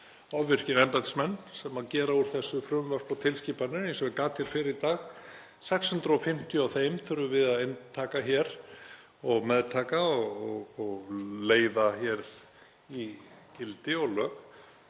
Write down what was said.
ofvirkir embættismenn sem gera úr þessu frumvörp og tilskipanir, eins og ég gat um fyrr í dag, 650 af þeim þurfum við að taka inn og meðtaka og leiða hér í gildi og lög.